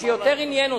שיותר עניין אותי,